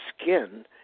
skin